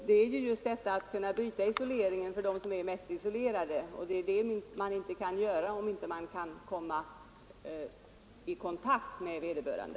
Det gäller att bryta isoleringen för dem som är mest isolerade, och det går inte om man inte kan komma i kontakt med vederbörande.